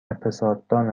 اقتصاددان